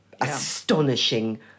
astonishing